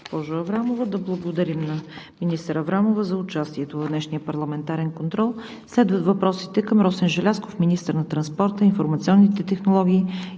госпожо Аврамова. Да благодарим на министър Аврамова за участието в днешния парламентарен контрол. Следват въпросите към Росен Желязков – министър на транспорта, информационните технологии